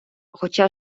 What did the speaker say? хоча